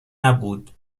نبود